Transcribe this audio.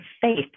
faith